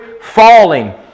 falling